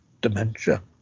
dementia